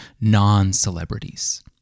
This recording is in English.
non-celebrities